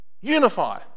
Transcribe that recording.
unify